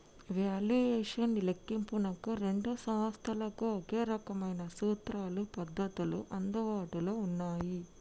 valuation లెక్కింపునకు రెండు సంస్థలకు ఒకే రకమైన సూత్రాలు, పద్ధతులు అందుబాటులో ఉన్నయ్యి